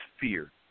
fear